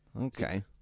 Okay